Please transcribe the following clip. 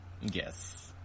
Yes